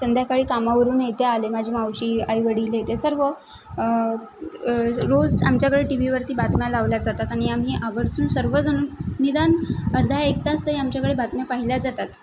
संध्याकाळी कामावरून येते आले माझी मावशी आईवडील हे ते सर्व रोज आमच्याकडे टी व्हीवरती बातम्या लावल्या जातात आणि आम्ही आवर्जून सर्वजण निदान अर्धा एक तास तरी आमच्याकडे बातम्या पाहिल्या जातात